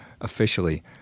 officially